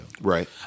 Right